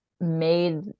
made